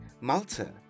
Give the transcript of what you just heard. Malta